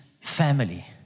family